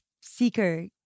seeker